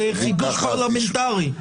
זה חידוש פרלמנטרי.